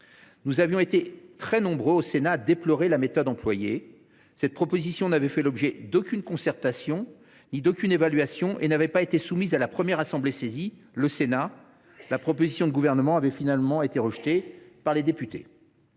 Nous avions été très nombreux, au Sénat, à déplorer la méthode employée : cette proposition n’avait fait l’objet d’aucune concertation ni d’aucune évaluation et n’avait pas été soumise à la première assemblée saisie, c’est à dire le Sénat. La proposition du Gouvernement avait finalement été rejetée par les députés.